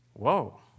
whoa